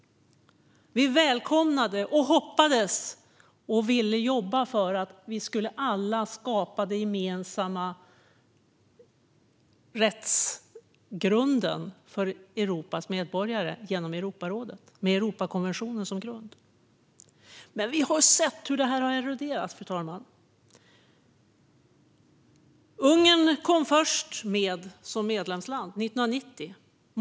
Vi välkomnade, hoppades på och ville jobba för att alla skulle skapa en gemensam rättsgrund för Europas medborgare genom Europarådet med Europakonventionen som grund. Vi har dock sett hur detta har eroderat, fru talman. Ungern var först med att år 1990 komma med som medlemsland.